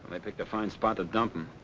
they picked a fine spot to dump him.